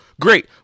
Great